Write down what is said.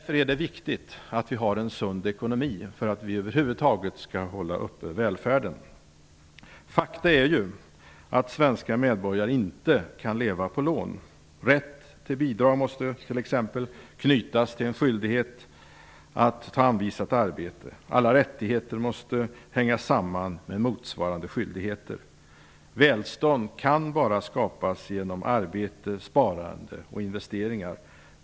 För att vi över huvud taget skall kunna upprätthålla välfärden är det viktigt att vi har en sund ekonomi. Faktum är ju att svenska medborgare inte kan leva på lån. Rätt till bidrag måste t.ex. knytas till en skyldighet att ta anvisat arbete. Alla rättigheter måste hänga samman med motsvarande skyldigheter. Välstånd kan bara skapas genom arbete, sparande och investeringar.